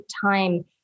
time